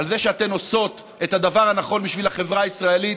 על זה שאתן עושות את הדבר הנכון בשביל החברה הישראלית,